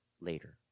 later